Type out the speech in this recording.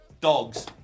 Dogs